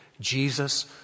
Jesus